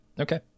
Okay